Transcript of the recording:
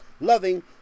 loving